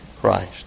Christ